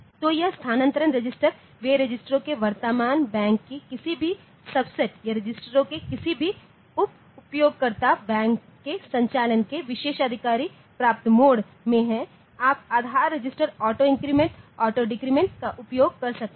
तो यह स्थानांतरण रजिस्टर वे रजिस्टरों के वर्तमान बैंक के किसी भी सबसेट या रजिस्टरों के किसी भी उप उपयोगकर्ता बैंक के संचालन के विशेषाधिकार प्राप्त मोड में हैं आप आधार रजिस्टर ऑटो इंक्रीमेंट ऑटो डिक्रिमेंटका उपयोग कर सकते हैं